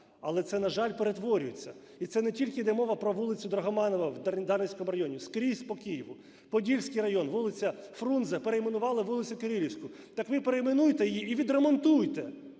Але це, на жаль, перетворюється. І це не тільки йде мова про вулицю Драгоманова в Дарницькому районі – скрізь по Києву. Подільський район, вулиця Фрунзе перейменували в вулицю Кирилівську. Так ви перейменуйте її і відремонтуйте.